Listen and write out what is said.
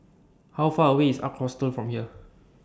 How Far away IS Ark Hostel from here